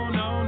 no